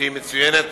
שמצוינת